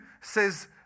says